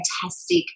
fantastic